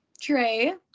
Trey